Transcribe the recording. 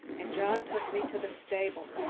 and john took me to the stable.